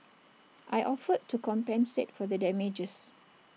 I offered to compensate for the damages